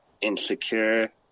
insecure